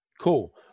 Cool